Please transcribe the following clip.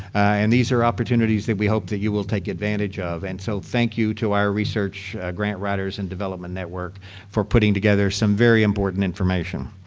and these are opportunities that we hope that you will take advantage of and so thank you to our research grant writers and development network for putting together some very important information.